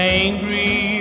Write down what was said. angry